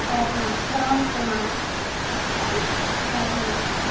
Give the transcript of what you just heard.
yes ma'am government school ma'am yes ma'am